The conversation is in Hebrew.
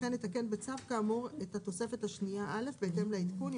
וכן יתקן בצו כאמור את התוספת השנייה א' בהתאם לעדכון,